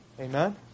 Amen